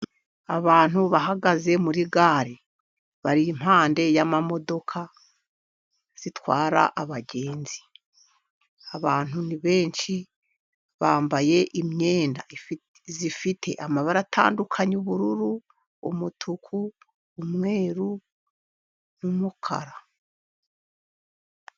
Abantu bahagaze muri gare bari impande y'amamodoka atwara abagenzi, abantu ni benshi bambaye imyenda ifite amabara atandukanye y'ubururu ,umutuku, umweru n'umukara.